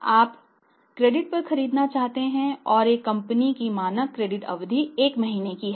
आप क्रेडिट पर खरीदना चाहते हैं और एक कंपनी की मानक क्रेडिट अवधि एक महीने की है